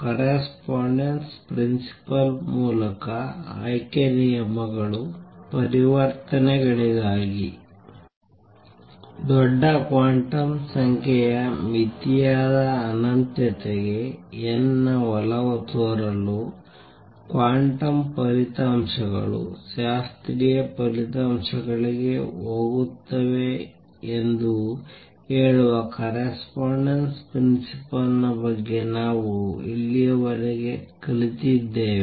correspondence principle ಮೂಲಕ ಆಯ್ಕೆ ನಿಯಮಗಳು ಪರಿವರ್ತನೆಗಳಿಗಾಗಿ ದೊಡ್ಡ ಕ್ವಾಂಟಮ್ ಸಂಖ್ಯೆಯ ಮಿತಿಯಾದ ಅನಂತತೆಗೆ n ಒಲವು ತೋರಲು ಕ್ವಾಂಟಮ್ ಫಲಿತಾಂಶಗಳು ಶಾಸ್ತ್ರೀಯ ಫಲಿತಾಂಶಗಳಿಗೆ ಹೋಗುತ್ತವೆ ಎಂದು ಹೇಳುವ ಕರೆಸ್ಪಾಂಡೆನ್ಸ್ ಪ್ರಿನ್ಸಿಪಲ್ನ ಬಗ್ಗೆ ನಾವು ಇಲ್ಲಿಯವರೆಗೆ ಕಲಿತಿದ್ದೇವೆ